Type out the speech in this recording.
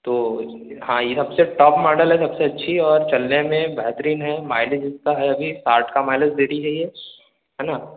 तो हाँ ये सबसे टॉप मॉडल है सबसे अच्छी और चलने में बेहतरीन है माइलेज इसका है अभी साठ का माइलेज देती है ये है न